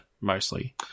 mostly